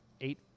eight